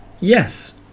Yes